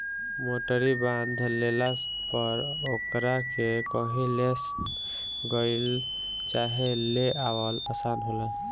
मोटरी बांध लेला पर ओकरा के कही ले गईल चाहे ले आवल आसान होला